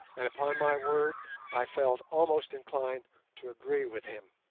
and upon my word i felt almost inclined to agree with him.